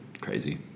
crazy